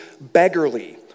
beggarly